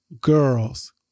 girls